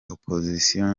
opozisiyo